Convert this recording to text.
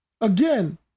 again